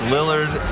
Lillard